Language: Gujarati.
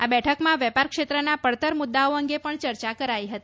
આ બેઠકમાં વેપાર ક્ષેત્રના પડતર મુદ્દાઓ અંગે પણ ચર્ચા કરાઇ હતી